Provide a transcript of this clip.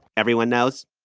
everyone knows?